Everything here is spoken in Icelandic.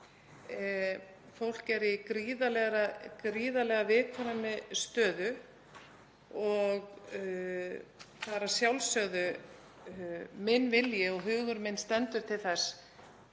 Fólk er í gríðarlega viðkvæmri stöðu og það er að sjálfsögðu minn vilji og hugur minn stendur til þess